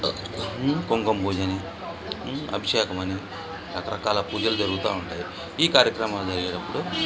కుంకుమ పూజ అని అభిషేకం అని రకరకాల పూజలు జరుగుతు ఉంటాయి ఈ కార్యక్రమాలు జరిగేటప్పుడు